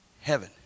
heaven